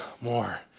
More